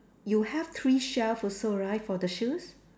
you have three shelve also right for the shoes